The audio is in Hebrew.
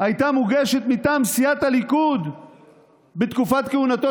הייתה מוגשת מטעם סיעת הליכוד בתקופת כהונתו